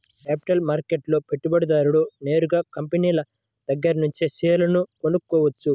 capital మార్కెట్లో పెట్టుబడిదారుడు నేరుగా కంపినీల దగ్గరనుంచే షేర్లు కొనుక్కోవచ్చు